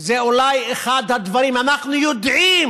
אנחנו יודעים